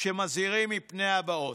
שמזהירים מפני הבאות.